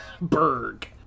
berg